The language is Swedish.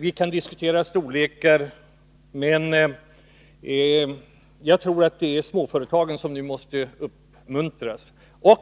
Vi kan diskutera storleken på företagen, men jag tror att det är småföretagen som nu måste uppmuntras.